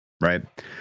right